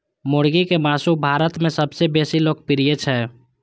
मुर्गीक मासु भारत मे सबसं बेसी लोकप्रिय छै